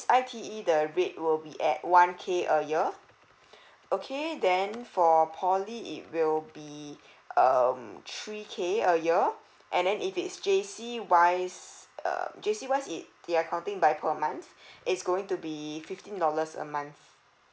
I_T_E the rate will be at one K a year okay then for poly it will be um three K a year and then if it's J_C wise uh J_C wise it there're counting by per month it's going to be fifteen dollars a month